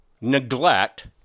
neglect